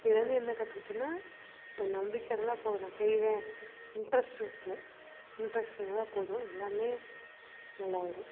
இதிலேருந்து என்ன கத்துக்கிட்டேன்னா ஒரு நம்பிக்கை இருந்தால் போதும் நான் செய்வேன் இன்ட்ரெஸ்ட் இருக்கணும் இன்ட்ரெஸ்ட் இருந்தாலே போதும் எல்லாமே நல்லா வரும்